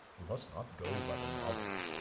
you must not go by the novels.